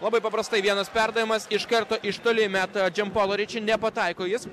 labai paprastai vienas perdavimas iš karto iš toli meta džim polo riči nepataiko jis